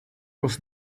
was